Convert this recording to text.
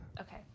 Okay